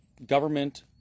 Government